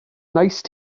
nice